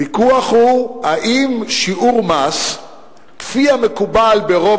הוויכוח הוא אם שיעור מס כפי המקובל ברוב